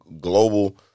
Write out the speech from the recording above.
global